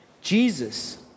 Jesus